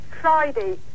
Friday